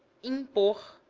in both